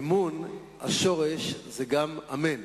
"אמון", השורש הוא גם "אמן",